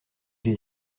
j’ai